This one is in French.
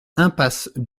impasse